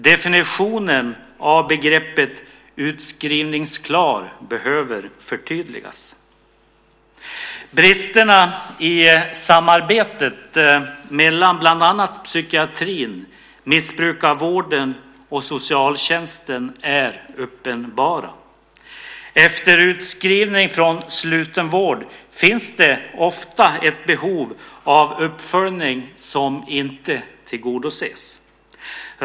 Definitionen av begreppet utskrivningsklar behöver förtydligas. Bristerna i samarbetet mellan bland annat psykiatrin, missbrukarvården och socialtjänsten är uppenbara. Efter utskrivning från slutenvård finns det ofta ett behov av uppföljning som inte tillgodoses.